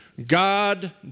God